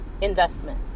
investment